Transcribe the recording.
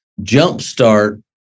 jumpstart